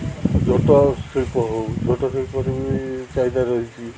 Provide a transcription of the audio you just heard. ଝୋଟ ଶିଳ୍ପ ହଉ ଝୋଟ ଶିଳ୍ପରେ ବି ଚାହିଦା ରହିଛି